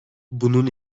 bunun